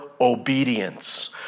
obedience